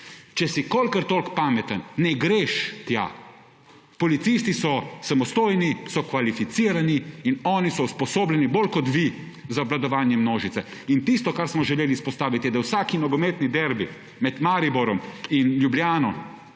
Če si kolikortoliko pameten, ne greš tja. Policisti so samostojni, so kvalificirani in oni so usposobljeni bolj kot vi za obvladovanje množice in tisto kar smo želeli izpostaviti je, da vsak nogometni derbi med Mariborom in Ljubljano,